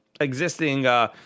existing